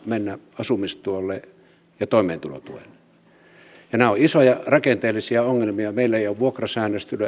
mennä asumistuelle ja toimeentulotuelle nämä ovat isoja rakenteellisia ongelmia meillä ei ole vuokrasäännöstelyä